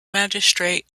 magistrate